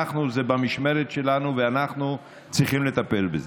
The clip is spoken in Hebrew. זה במשמרת שלנו ואנחנו צריכים לטפל בזה,